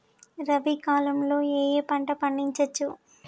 రబీ కాలంలో ఏ ఏ పంట పండించచ్చు?